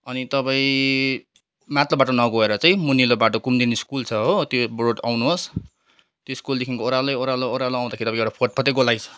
अनि तपाईँ माथिल्लो बाटो नगएर चाहिँ मुनिको बाटो कुमदिनी स्कुल छ हो त्यो रोड आउनुहोस् त्यो स्कुलदेखि ओह्रालै ओह्रालो ओह्रालो आउँदाखेरि तपाईँको फत्फते गोलाइ छ